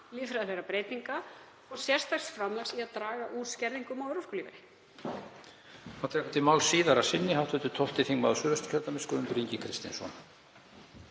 lýðfræðilegra breytinga og sérstaks framlags til að draga úr skerðingum á örorkulífeyri.